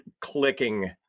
clicking